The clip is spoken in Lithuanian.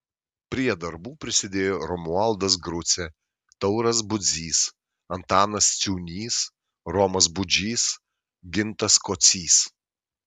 prie darbų prisidėjo romualdas grucė tauras budzys antanas ciūnys romas budžys gintas kocys